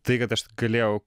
tai kad aš galėjau